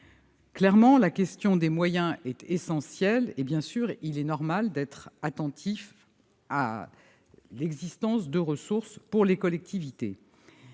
Clairement, la question des moyens est essentielle. Il est normal, bien sûr, d'être attentif à l'existence de ressources pour les collectivités